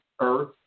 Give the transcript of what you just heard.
earth